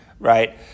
right